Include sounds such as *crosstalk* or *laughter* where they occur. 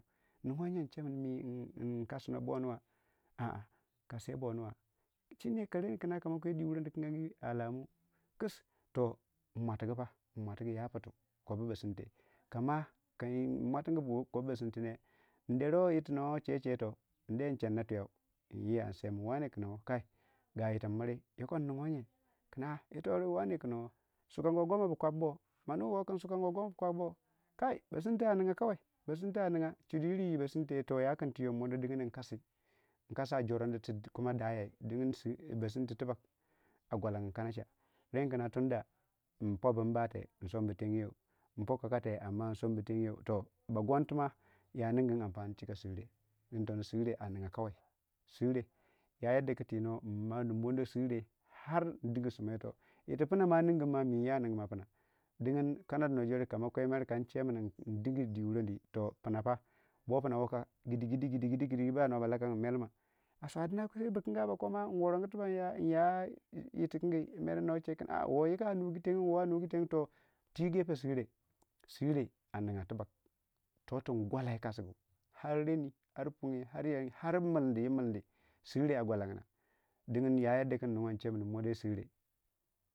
ningo nye ince kin inkas bo nuwa a a inkasaya bo nuwa to ren kuna ka dwi wuroni kin angi a lamu kis toh inmwatugu pa in mwatugu ya pitu kopu basinte kama bon mwatungu bu ne dintono indero yiti no cecei to se incenna twiyou insemin wane kun yen ga tin mri yoko inningo nye kuma yito du wane kin wou sukango goma bu kwap bo ma nuwe kin sukango goma bu kwap bo *hesitation* basinti a ninga kawai cudi yir yi basinte yakun ti wei in mono ding reni inkasi inkasi a jorndi tu kuma dayai dingin sir, basinti tibak a gwalangin kanaca reng kuna tunda in pobu mbate, msombu teng yeu, mpo kakate ammna insombu teng yeu to bagonti ma yaningui ampani cika sire, ding tono sire a ninga kawai, sire yakanda ku mi tonou in mono sire har inding sma yito yiti pna ba ningumu ma mi inya ninga man pna ding kana duno jor mer kan kwe min in ding dwi wuroni toh pna pa bo puna waka gidgidi gidgidi no ba ana noba lakang melma ma soma sai yo pna worongo tibak inya inya yitikingi ner wuna ba ceking wo anugu tenyeu wo a nungu yengyeu toh twi gepe sire, sire a ninga tibak to tun gwala yi kasgu har reni har punge har nyang yei har mildi yi mildi sirri a gwalangna don ya kadda kun mono sirre.